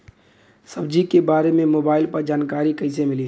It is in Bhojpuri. सब्जी के बारे मे मोबाइल पर जानकारी कईसे मिली?